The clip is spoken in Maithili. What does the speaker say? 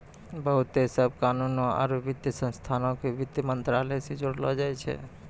बहुते सभ कानूनो आरु वित्तीय संस्थानो के वित्त मंत्रालय से जोड़लो जाय छै